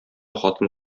хатын